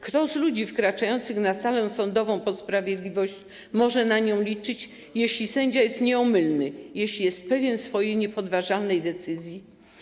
Kto z ludzi wkraczających na salę sądową po sprawiedliwość może na nią liczyć, jeśli sędzia jest nieomylny, jeśli jest pewien swojej niepodważalnej decyzji?